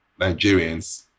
Nigerians